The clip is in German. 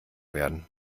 werden